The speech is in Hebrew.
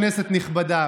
כנסת נכבדה,